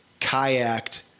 kayaked